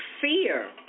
fear